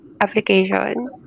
application